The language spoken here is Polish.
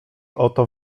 oto